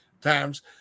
times